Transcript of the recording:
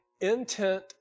intent